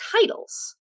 titles